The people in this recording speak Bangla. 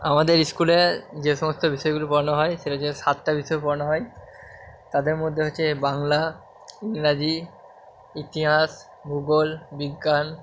আমাদের স্কুলে যে সমস্ত বিষয়গুলি পড়ানো হয় সেটা হচ্ছে সাতটা বিষয় পড়ানো হয় তাদের মধ্যে হচ্ছে বাংলা ইংরাজি ইতিহাস ভূগোল বিজ্ঞান